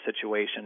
situation